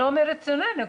לא מרצוננו,